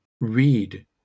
read